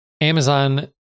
Amazon